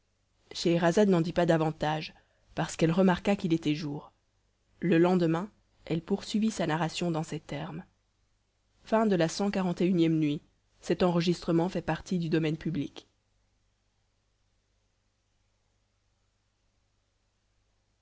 scheherazade n'en dit pas davantage parce qu'elle remarqua qu'il était jour le lendemain elle poursuivit sa narration dans ces termes cxlii nuit